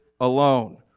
alone